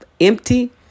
empty